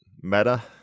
meta